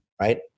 right